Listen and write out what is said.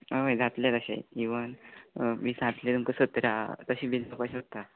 हय जात्लें तशें इवन विसातले तुमकां सतरा तशे बी जावपा शकता